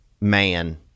man